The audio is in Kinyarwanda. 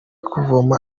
kuvoma